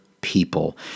people